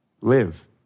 live